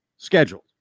Scheduled